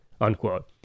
Unquote